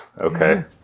Okay